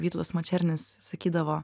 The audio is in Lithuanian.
vytautas mačernis sakydavo